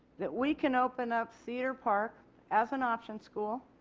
that we can open up cedar park as an option school.